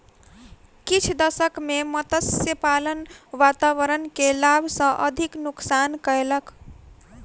किछ दशक में मत्स्य पालन वातावरण के लाभ सॅ अधिक नुक्सान कयलक